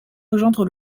rejoindre